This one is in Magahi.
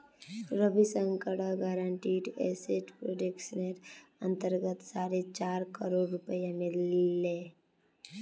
रविशंकरक गारंटीड एसेट प्रोटेक्शनेर अंतर्गत साढ़े चार करोड़ रुपया मिल ले